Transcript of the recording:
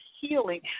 healing